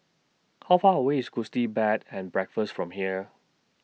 How Far away IS Gusti Bed and Breakfast from here